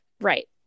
Right